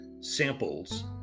samples